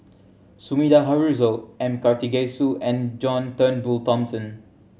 Sumida Haruzo M Karthigesu and John Turnbull Thomson